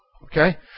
Okay